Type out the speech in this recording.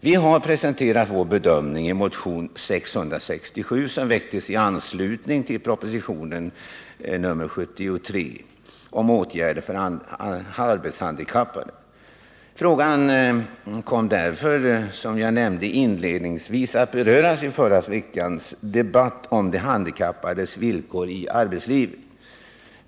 Vi har presenterat vår bedömning i motionen 667 som väcktes i anslutning till propositionen 73 om åtgärder för arbetshandikappade. Frågan kom därför, som jag nämnde inledningsvis, att beröras i förra veckans debatt om de handikappades villkor i arbetslivet.